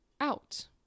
out